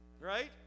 Right